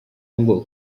ngo